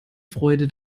freude